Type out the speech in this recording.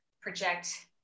project